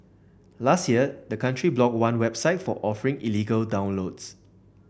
last year the country blocked one website for offering illegal downloads